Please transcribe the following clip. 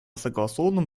согласованным